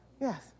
Yes